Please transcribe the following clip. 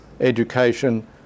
education